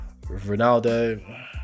Ronaldo